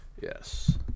yes